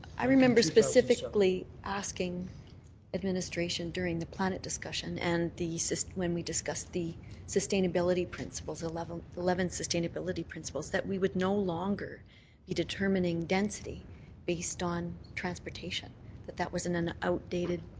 i remember specifically asking administration during the planet discussion and so when we discussed the sustainability principles, eleven eleven sustainability principles, that we would no longer be determining density based on transportation that that was an an outdated